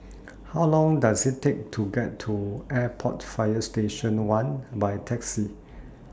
How Long Does IT Take to get to Airport Fire Station one By Taxi